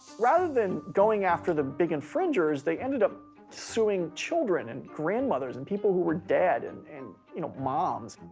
rather than going after the big infringer, they ended up suing children and grandmothers and people who were dead and and you know, moms.